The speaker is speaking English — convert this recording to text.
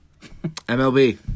MLB